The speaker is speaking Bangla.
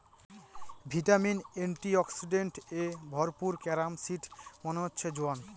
ভিটামিন, এন্টিঅক্সিডেন্টস এ ভরপুর ক্যারম সিড মানে হচ্ছে জোয়ান